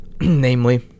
namely